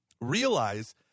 realize